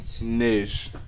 Nish